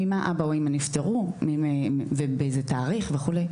ממה אבא או אימא נפטרו ובאיזה תאריך וכו',